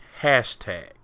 hashtag